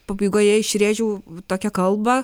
pabaigoje išrėžiau tokią kalbą